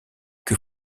que